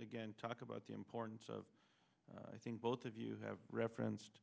again talk about the importance of i think both of you have referenced